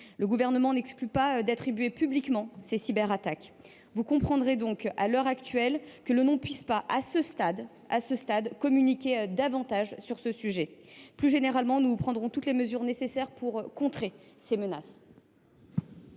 le Gouvernement n’exclut pas d’attribuer publiquement ces cyberattaques à un groupe donné, vous comprendrez que nous ne puissions pas, à ce stade, communiquer davantage sur ce sujet. Plus généralement, nous prendrons toutes les mesures nécessaires pour contrer ces menaces.